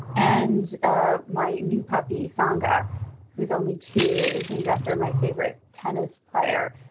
and ah my new puppy, so and who is only two, is named after my favorite tennis player.